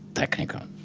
technical,